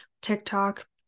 TikTok